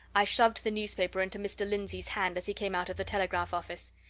i shoved the newspaper into mr. lindsey's hand as he came out of the telegraph office.